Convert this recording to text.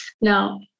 Now